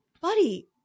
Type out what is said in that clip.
buddy